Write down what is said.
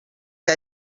que